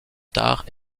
tard